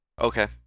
Okay